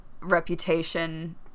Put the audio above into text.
reputation